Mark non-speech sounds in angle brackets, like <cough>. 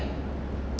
<noise>